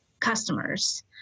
customers